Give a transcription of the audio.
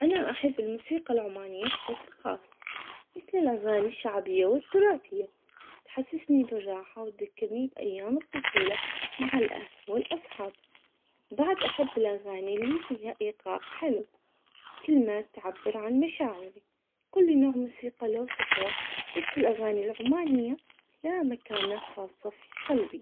أنا أحب الموسيقى العمانية بشكل خاص، مثل الأغاني الشعبية والتراثية، تحسسني بالراحة وتذكرني بأيام الطفولة مع الأهل والأصحاب، بعد أحب الأغاني اللي فيها إيقاع حلو، كل ما تعبر عن مشاعري، كل نوع موسيقى له.